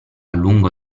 lungo